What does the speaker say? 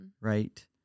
right